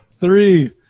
three